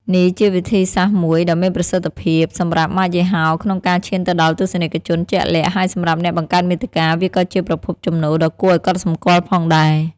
នេះជាវិធីសាស្ត្រមួយដ៏មានប្រសិទ្ធភាពសម្រាប់ម៉ាកយីហោក្នុងការឈានទៅដល់ទស្សនិកជនជាក់លាក់ ហើយសម្រាប់អ្នកបង្កើតមាតិកា វាក៏ជាប្រភពចំណូលដ៏គួរឲ្យកត់សម្គាល់ផងដែរ។